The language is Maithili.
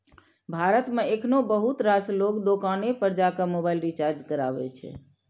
भारत मे एखनो बहुत रास लोग दोकाने पर जाके मोबाइल रिचार्ज कराबै छै